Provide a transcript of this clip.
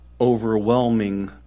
overwhelming